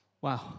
Wow